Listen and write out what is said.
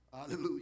hallelujah